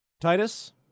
Titus